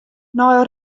nei